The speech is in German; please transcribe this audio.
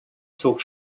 zog